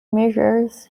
measures